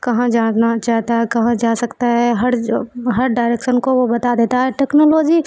کہاں جانا چاہتا ہے کہاں جا سکتا ہے ہر ہر ڈائریکسن کو وہ بتا دیتا ہے ٹیکنالوجی